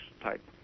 type